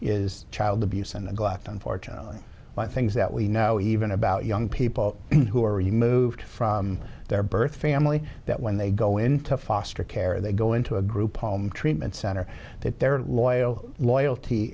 is child abuse and neglect unfortunately by things that we know even about young people who are removed from their birth family that when they go into foster care they go into a group home treatment center that they're loyal loyalty